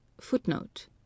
footnote